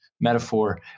metaphor